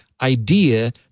idea